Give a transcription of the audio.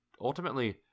ultimately